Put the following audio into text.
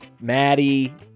Maddie